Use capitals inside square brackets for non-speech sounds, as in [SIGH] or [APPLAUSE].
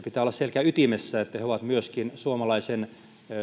[UNINTELLIGIBLE] pitää olla selkäytimessä se että he ovat myöskin suomalaisen